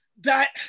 that-